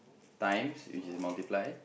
times which is multiply